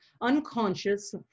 unconscious